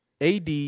ad